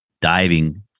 diving